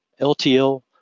LTL